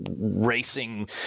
racing